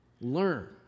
Learn